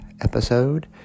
episode